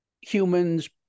humans